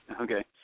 Okay